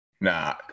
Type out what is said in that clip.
Nah